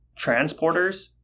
transporters